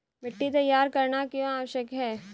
मिट्टी तैयार करना क्यों आवश्यक है?